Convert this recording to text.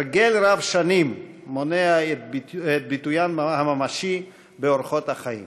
הרגל רב-שנים מונע את ביטוין הממשי באורחות החיים".